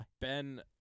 Ben